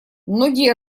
многие